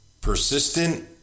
persistent